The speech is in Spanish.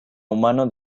humano